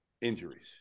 injuries